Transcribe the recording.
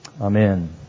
Amen